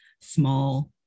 small